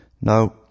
Now